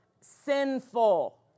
sinful